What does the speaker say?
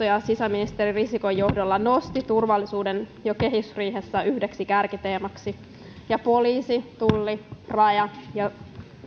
ja sisäministeri risikon johdolla nosti turvallisuuden jo kehysriihessä yhdeksi kärkiteemaksi ja poliisi tulli raja ja